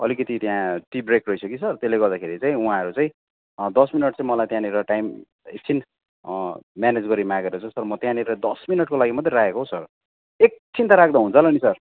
अलिकति त्यहाँ tea break रहेछ कि सर त्यसले गर्दाखेरि चाहिँ उहाँहरू चाहिँ दस मिनट चाहिँ मलाई त्यहाँनिर टाइम एकछिन म्यानेज गरिमागेर चाहिँ सर म त्यहाँनिर दस मिनटको लागि मात्रै राखेको हौ सर एकछिन त राख्दा हुन्छ होला नि सर